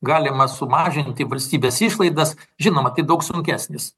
galima sumažinti valstybės išlaidas žinoma tai daug sunkesnis